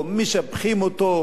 משבחים אותו,